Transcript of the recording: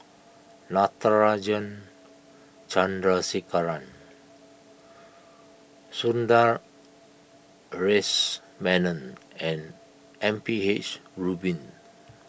Natarajan Chandrasekaran Sundaresh Menon and M P H Rubin